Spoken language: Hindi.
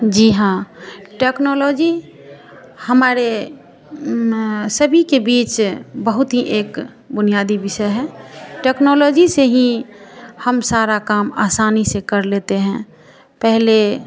जी हाँ टेक्नोलॉजी हमारे सभी के बीच बहुत ही एक बुनियादी विषय है टेक्नोलॉजी से ही हम सारा काम आसानी से कर लेते हैं पहले